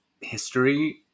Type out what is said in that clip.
history